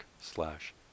slash